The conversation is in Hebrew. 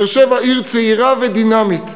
באר-שבע, עיר צעירה ודינמית,